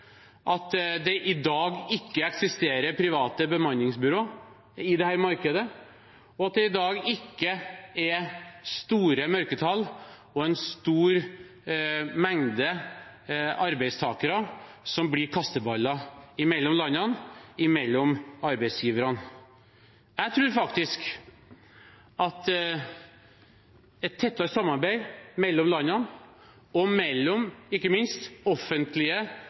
at det i dag ikke eksisterer private bemanningsbyråer i dette markedet, og at det i dag ikke er store mørketall og en stor mengde arbeidstakere som blir kasteballer mellom landene og mellom arbeidsgiverne. Jeg tror faktisk at et tettere samarbeid mellom landene og mellom – ikke minst – offentlige